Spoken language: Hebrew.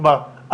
כלומר,